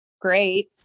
great